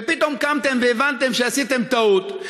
ופתאום קמתם והבנתם שעשיתם טעות.